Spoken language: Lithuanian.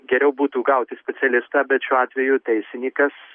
geriau būtų gauti specialistą bet šiuo atveju teisinykas